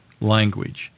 language